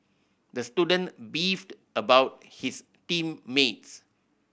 the student beefed about his team mates